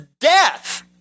death